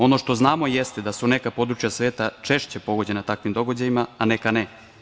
Ono što znamo jeste da su neka područja sveta češće pogođena takvim događajima, a neka ne.